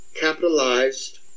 capitalized